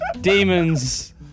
demons